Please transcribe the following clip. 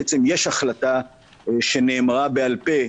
בעצם יש החלטה שנאמרה בעל פה,